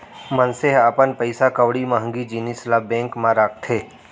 मनसे ह अपन पइसा कउड़ी महँगी जिनिस ल बेंक म राखथे